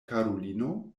karulino